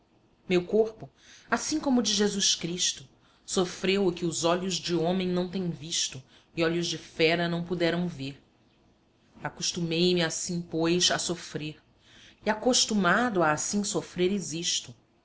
meu corpo assim como o de jesus cristo sofreu o que olhos de homem não têm visto e olhos de fera não puderam ver acostumei me assim pois a sofrer e acostumado a assim sofrer existo